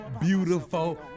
beautiful